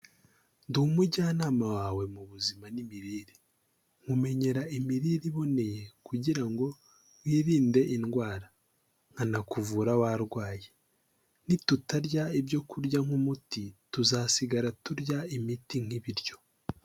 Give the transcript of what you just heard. Ndi umujyanama wawe mu buzima n'imirire, nkumenyera imirire iboneye kugira ngo wirinde indwara, nkanakuvura warwaye, nitutarya ibyo kurya nk'umuti tuzasigara turya imiti nk'ibiryo.